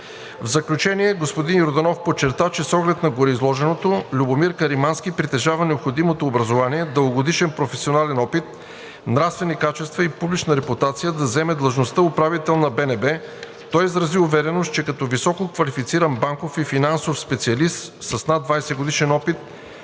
В заключение господин Йорданов подчерта, че с оглед на гореизложеното Любомир Каримански притежава необходимото образование, дългогодишен професионален опит, нравствени качества и публична репутация да заеме длъжността управител на Българската народна банка. Той изрази увереност, че като висококвалифициран банков и финансов специалист с над 20-годишен опит